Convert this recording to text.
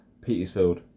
Petersfield